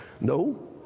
no